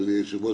אדוני היושב-ראש.